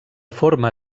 forma